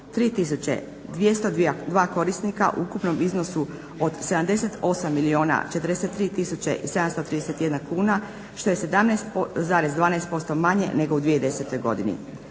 3202 korisnika u ukupnom iznosu od 78 milijuna 43 tisuće i 731 kuna što je 17,12% manje nego u 2010. godini.